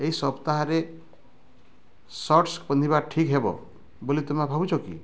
ଏହି ସପ୍ତାହରେ ସର୍ଟ୍ସ୍ ପିନ୍ଧିବା ଠିକ୍ ହେବ ବୋଲି ତୁମେ ଭାବୁଛ କି